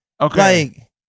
Okay